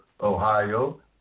Ohio